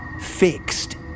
fixed